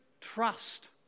trust